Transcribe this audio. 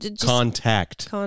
Contact